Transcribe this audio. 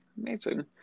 Amazing